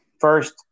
first